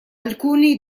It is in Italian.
alcuni